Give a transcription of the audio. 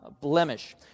blemish